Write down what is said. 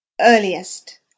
earliest